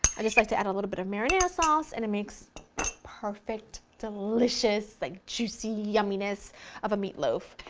i just like to add a little bit of marinara sauce and it makes perfect delicious like juicy yumminess of a meatloaf.